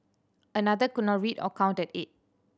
another could not read or count at eight